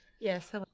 Yes